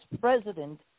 president